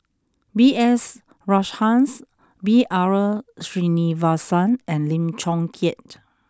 B S Rajhans B R Sreenivasan and Lim Chong Keat